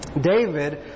David